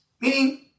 Meaning